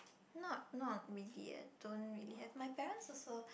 not not really eh don't really have my parents also